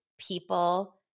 People